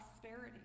prosperity